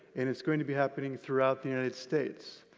and it's going to be happening throughout the united states.